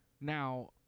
Now